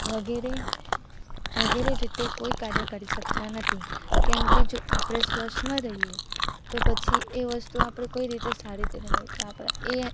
વગેરે વગેરે રીતે કોઈ કાર્ય કરી શકતા નથી કેમકે જો આપણે સ્વસ્થ ન રહીએ તો પછી એ વસ્તુ આપણે કોઈ રીતે સારી રીતે નહીં કે આપણે એ